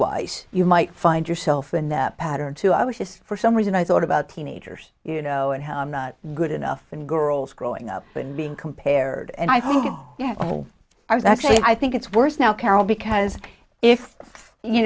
wise you might find yourself in that pattern too i was just for some reason i thought about teenagers you know and how i'm not good enough and girls growing up and being compared and i think yeah i was actually i think it's worse now carol because if you